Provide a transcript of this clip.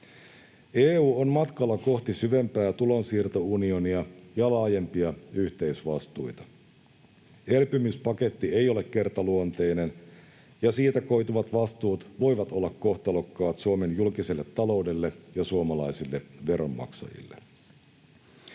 EU on matkalla kohti syvempää tulonsiirtounionia ja laajempia yhteisvastuita. Elpymispaketti ei ole kertaluonteinen, ja siitä koituvat vastuut voivat olla kohtalokkaat Suomen julkiselle taloudelle ja suomalaisille veronmaksajille.